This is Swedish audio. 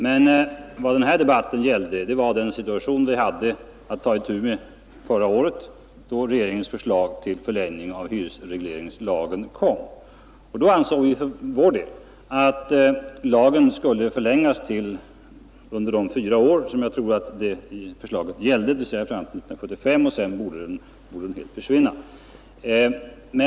Men vad den här debatten gäller är den situation vi hade att ta itu med förra året, då regeringens förslag till förlängning av hyresregleringslagen kom. Då ansåg vi för vår del att lagen skulle förlängas under de fyra år förslaget gällde, fram till 1975, och sedan borde den helt försvinna.